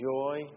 joy